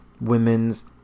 women's